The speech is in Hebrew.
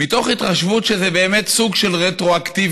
מתוך התחשבות, וזה באמת סוג של רטרואקטיביות,